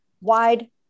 wide